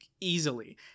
easily